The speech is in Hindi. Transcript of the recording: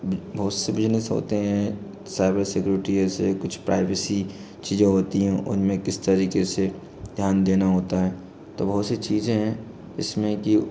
बहुत से बिजनेस होते हैं साइबर सिक्योरिटी जैसे कुछ प्राइवेसी चीज़ें होती हैं उनमें किस तरीके से ध्यान देना होता है तो बहुत सी चीज़ें है इसमें कि